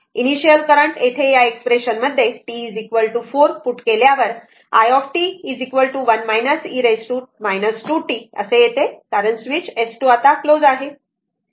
initial current येथे या expression मध्ये t 4 पुट केल्यावर i t 1 e 2t येते कारण स्विच S 2 क्लोज आहे